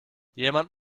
jemand